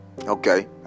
Okay